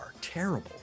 terrible